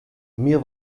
mir